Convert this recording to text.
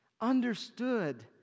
understood